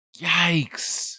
Yikes